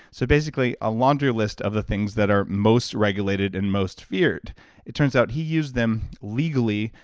so basically, a laundry list of the things that are most regulated and most feared it turns out he used them legally,